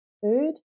food